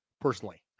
personally